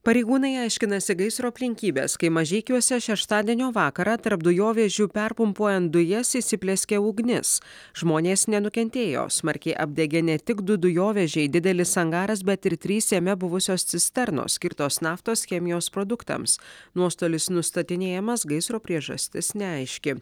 pareigūnai aiškinasi gaisro aplinkybes kai mažeikiuose šeštadienio vakarą tarp dujovežių perpumpuojant dujas įsiplieskė ugnis žmonės nenukentėjo smarkiai apdegė ne tik du dujovežiai didelis angaras bet ir trys jame buvusios cisternos skirtos naftos chemijos produktams nuostolis nustatinėjamas gaisro priežastis neaiški